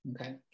Okay